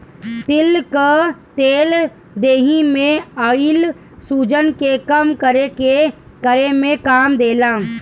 तिल कअ तेल देहि में आइल सुजन के कम करे में काम देला